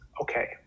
okay